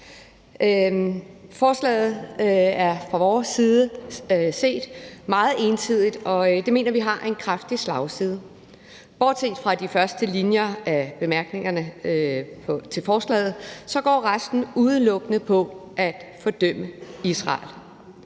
Danmarksdemokraternes side meget ensidigt, og vi mener, det har en kraftig slagside. Bortset fra de første linjer af bemærkningerne til beslutningsforslaget går resten udelukkende på at fordømme Israel.